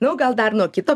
nu gal dar nuo kito